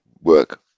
work